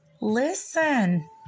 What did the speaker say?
listen